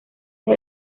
ser